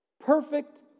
Perfect